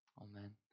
Amen